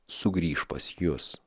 sugrįš pas jus